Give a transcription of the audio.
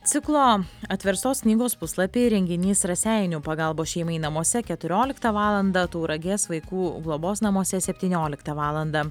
ciklo atverstos knygos puslapiai renginys raseinių pagalbos šeimai namuose keturioliktą valandą tauragės vaikų globos namuose septynioliktą valandą